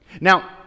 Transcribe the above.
Now